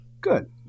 Good